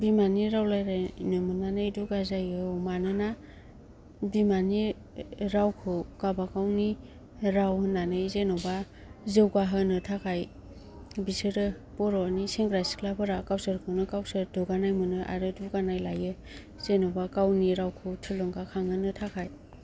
बिमानि राव रायलायनो मोननानै दुगा जायो मानोना बिमानि रावखौ गावबा गावनि राव होननानै जेन'बा जौगाहोनो थाखाय बिसोरो बर'नि सेंग्रा सिख्लाफोरा गावसोरखौनो गावसोर दुगानाय मोनो आरो दुगानाय लायो जेन'बा गावनि रावखौ थुलुंगाखांहोनो थाखाय